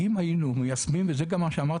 אם היינו מיישמים ואמרתי את זה גם לרועי,